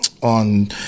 On